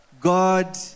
God